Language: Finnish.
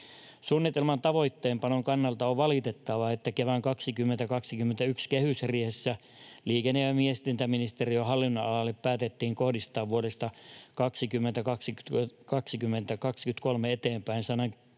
Suunnitelman tavoitteenpanon kannalta on valitettavaa, että kevään 2021 kehysriihessä liikenne‑ ja viestintäministeriön hallin-nonalalle päätettiin kohdistaa vuodesta 2023 eteenpäin 110 miljoonan